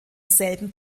selben